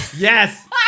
Yes